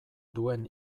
duen